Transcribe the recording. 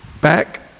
back